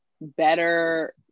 better